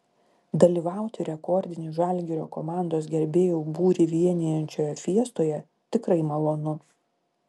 dalyvauti rekordinį žalgirio komandos gerbėjų būrį vienijančioje fiestoje tikrai malonu